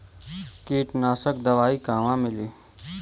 कीटनाशक दवाई कहवा मिली?